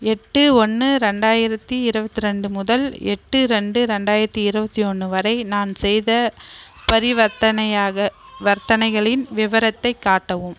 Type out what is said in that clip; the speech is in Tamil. எட்டு ஒன்று இரண்டாயிரத்தி இருபத்தி இரண்டு முதல் எட்டு இரண்டு இரண்டாயிரத்தி இருபத்தி ஒன்று வரை நான் செய்த பரிவர்த்தனையாக வர்த்தனைகளின் விவரத்தைக் காட்டவும்